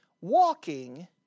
walking